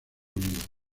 unidos